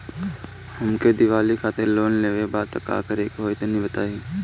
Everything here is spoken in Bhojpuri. हमके दीवाली खातिर लोन लेवे के बा का करे के होई तनि बताई?